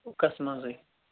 ہُکَس منٛزٕے